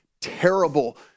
terrible